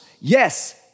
yes